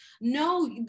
No